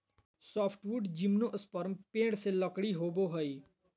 softwood gymnosperm पेड़ से लकड़ी होबो हइ